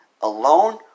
alone